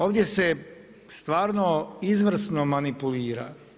Ovdje se stvarno izvrsno manipulira.